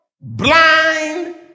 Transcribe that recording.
blind